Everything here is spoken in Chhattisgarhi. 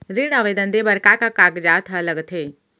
ऋण आवेदन दे बर का का कागजात ह लगथे?